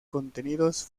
contenidos